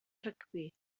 rygbi